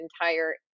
entire